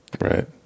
Right